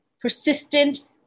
persistent